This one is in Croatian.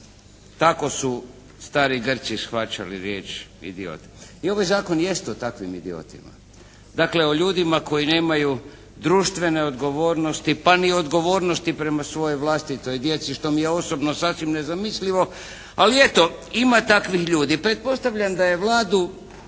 Tako su stari Grci shvaćali riječ idiot i ovaj zakon jest o takvim idiotima. Dakle, o ljudima koji nemaju društvene odgovornosti, pa ni odgovornosti prema svojoj vlastitoj djeci što mi je osobno sasvim nezamislivo. Ali eto ima takvih ljudi. Pretpostavljam da je Vladu